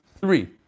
three